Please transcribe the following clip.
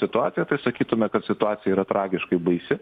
situaciją tai sakytume kad situacija yra tragiškai baisi